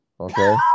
Okay